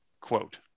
quote